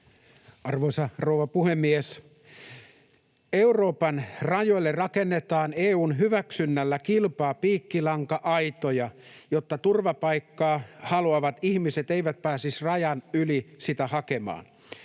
Arvoisa rouva puhemies! Euroopan rajoille rakennetaan EU:n hyväksynnällä kilpaa piikkilanka-aitoja, jotta turvapaikkaa haluavat ihmiset eivät pääsisi rajan yli sitä hakemaan.